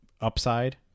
upside